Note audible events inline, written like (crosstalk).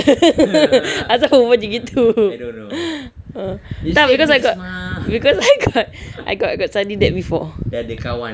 (laughs) asal buat macam gitu (breath) tak because I got because I got I got study that before